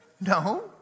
No